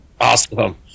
awesome